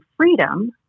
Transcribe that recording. freedom